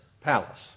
palace